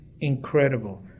incredible